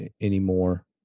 anymore